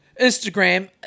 Instagram